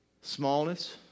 smallness